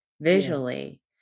visually